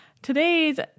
Today's